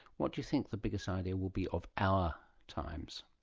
what do you think the biggest idea will be of our times?